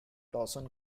dawson